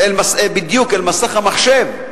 בדיוק, אל מסך המחשב.